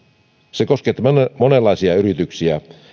se koskee monenlaisia yrityksiä